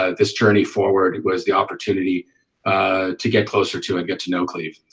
ah this journey forward was the opportunity to get closer to and get to know cleve